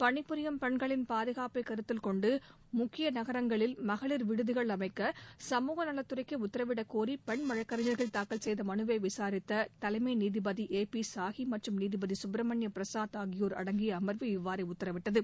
பணிபுரியும் பென்களின் பாதுகாப்பைக் கருத்தில் கொண்டு முக்கிய நகரங்களில் மகளிர் விடுதிகள் அமைக்க சமூகநலத் துறைக்கு உத்தரவிடக் கோரி பெண் வழக்கறிஞர்கள் தாக்கல் செய்த மனுவை விசாரித்த தலைமை நீதிபதி ஏ பி சாஹி மற்றும் நீதிபதி சுப்பிரமணிய பிரசாத் ஆகியோர் அடங்கிய அமர்வு இவ்வாறு உத்தரவிட்டது